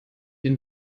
den